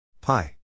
Pi